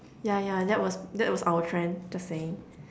ya ya that was that was our trend just saying